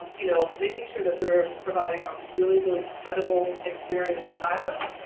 you know making sure that we're providing a really, really credible experienced stylist,